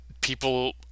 people